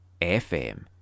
FM